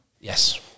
Yes